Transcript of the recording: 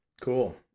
Cool